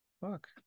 Fuck